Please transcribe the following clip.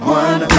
one